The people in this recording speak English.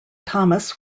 thomas